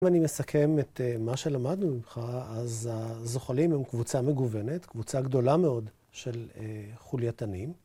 אם אני מסכם את מה שלמדנו, אז הזוחלים הם קבוצה מגוונת, קבוצה גדולה מאוד של חולייתנים.